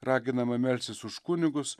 raginama melstis už kunigus